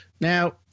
Now